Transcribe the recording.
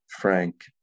Frank